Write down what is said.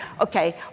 okay